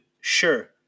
sure